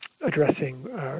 addressing